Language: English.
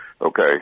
Okay